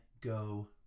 go